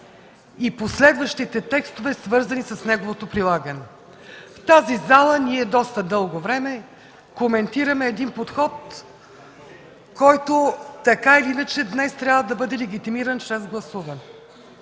и последващите текстове, свързани с неговото прилагане. В тази зала ние доста дълго време коментираме един подход, който така или иначе днес трябва да бъде легитимиран чрез гласуване.